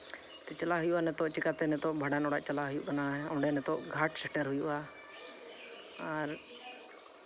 ᱠᱟᱹᱡ ᱪᱟᱞᱟᱣ ᱦᱩᱭᱩᱜᱼᱟ ᱱᱤᱛᱚᱜ ᱪᱤᱠᱟᱛᱮ ᱱᱤᱛᱚᱜ ᱵᱷᱟᱸᱰᱟᱱ ᱚᱲᱟᱜ ᱪᱟᱞᱟᱣ ᱦᱩᱭᱩᱜ ᱠᱟᱱᱟ ᱚᱸᱰᱮ ᱱᱤᱛᱚᱜ ᱜᱷᱟᱴ ᱥᱮᱴᱮᱨ ᱦᱩᱭᱩᱜᱼᱟ ᱟᱨ